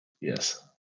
Yes